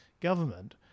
government